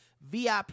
VIP